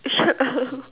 shut up